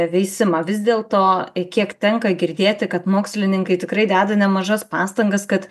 veisimą vis dėlto kiek tenka girdėti kad mokslininkai tikrai deda nemažas pastangas kad